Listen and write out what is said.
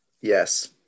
Yes